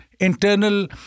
internal